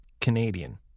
Canadian